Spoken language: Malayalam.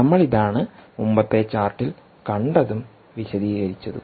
നമ്മൾ ഇതാണ് മുമ്പത്തെ ചാർട്ടിൽ കണ്ടതും വിശദീകരിച്ചതും